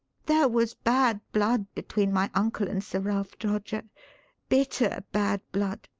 there was bad blood between my uncle and sir ralph droger bitter, bad blood.